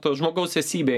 to žmogaus esybė